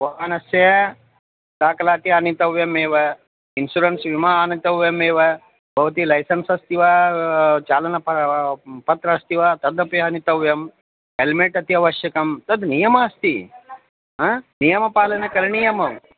भवानस्य साकलाति आनीतव्यमेव इन्शुरेन्स् विमा आनीतव्यमेव भवती लैसेन्स् अस्ति वा चालनपत्रम् अस्ति वा तदपि आनीतव्यं हेल्मेट् अपि आवश्यकं तद् नियमः अस्ति नियमपालनं करणीयम्